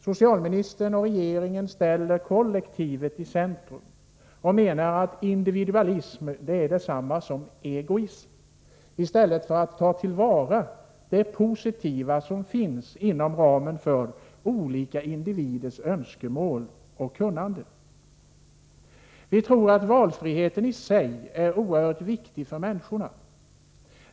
Socialministern och regeringen ställer kollektivet i centrum och menar att individualism är detsamma som egoism, i stället för att ta till vara det positiva som finns inom ramen för olika individers önskemål och kunnande. Vi tror att valfrihet i sig är oerhört viktig för människorna.